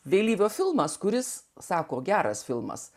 vėlyvio filmas kuris sako geras filmas